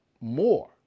more